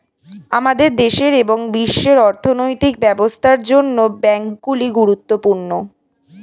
আমাদের দেশের এবং বিশ্বের অর্থনৈতিক ব্যবস্থার জন্য ব্যাংকগুলি গুরুত্বপূর্ণ